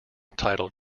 titled